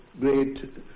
great